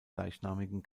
gleichnamigen